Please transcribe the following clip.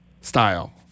style